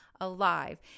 alive